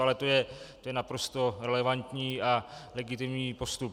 Ale to je naprosto relevantní a legitimní postup.